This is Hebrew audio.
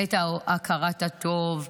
את הכרת הטוב,